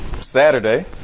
Saturday